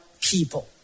people